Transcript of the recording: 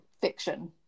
fiction